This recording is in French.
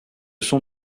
sont